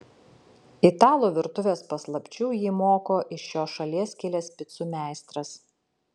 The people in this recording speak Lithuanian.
italų virtuvės paslapčių jį moko iš šios šalies kilęs picų meistras